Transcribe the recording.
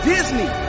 Disney